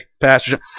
Pastor